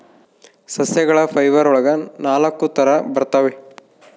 ಸಸ್ಯಗಳ ಫೈಬರ್ ಒಳಗ ನಾಲಕ್ಕು ತರ ಬರ್ತವೆ